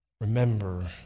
remember